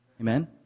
Amen